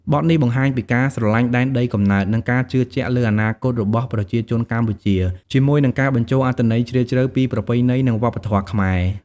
បទនេះបង្ហាញពីការស្រឡាញ់ដែនដីកំណើត និងការជឿជាក់លើអនាគតរបស់ប្រជាជនកម្ពុជា ជាមួយនឹងការបញ្ចូលអត្ថន័យជ្រាលជ្រៅពីប្រពៃណី និងវប្បធម៌ខ្មែរ។